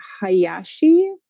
Hayashi